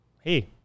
hey